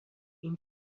این